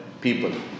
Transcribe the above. people